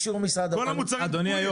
אדוני,